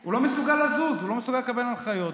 הוא לא מסוגל לתת הנחיות.